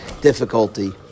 difficulty